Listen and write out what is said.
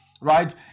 right